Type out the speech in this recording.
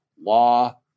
Law